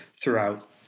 throughout